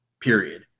period